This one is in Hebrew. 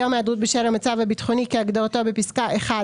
"יום היעדרות בשל המצב הביטחוני" כהגדרתו בפסקה (1),